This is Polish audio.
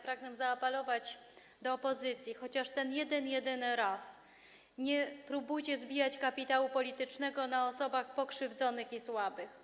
Pragnę zaapelować do opozycji: chociaż ten jeden jedyny raz nie próbujcie zbijać kapitału politycznego na osobach pokrzywdzonych i słabych.